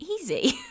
easy